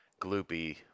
gloopy